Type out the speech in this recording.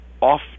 off